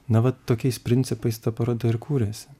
na va tokiais principais ta paroda ir kūrėsi